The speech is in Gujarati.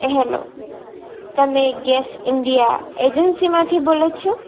હેલો તમે ગેસ ઈન્ડિયા એજન્સીમાંથી બોલો છો